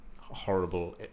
horrible